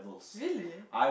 really